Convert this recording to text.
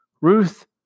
Ruth